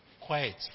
quiet